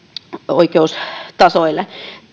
oikeustasoille